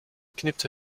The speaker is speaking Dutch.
knipte